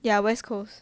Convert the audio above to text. yeah west coast